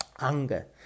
anger